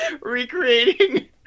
Recreating